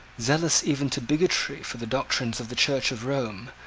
zealous even to bigotry for the doctrines of the church of rome,